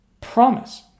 promise